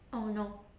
oh no